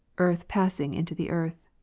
earth passing into the earth.